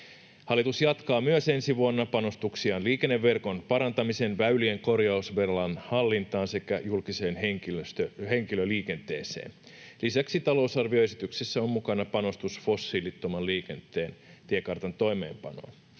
Hallitus jatkaa myös ensi vuonna panostuksiaan liikenneverkon parantamiseen, väylien korjausvelan hallintaan sekä julkiseen henkilöliikenteeseen. Lisäksi talousarvioesityksessä on mukana panostus fossiilittoman liikenteen tiekartan toimeenpanoon.